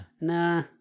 Nah